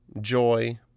joy